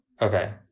Okay